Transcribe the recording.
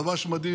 לבש מדים,